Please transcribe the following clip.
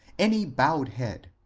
any bowed head,